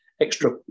extra